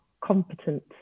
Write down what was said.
competent